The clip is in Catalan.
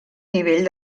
nivell